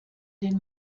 den